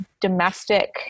domestic